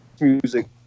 music